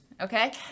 okay